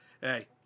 hey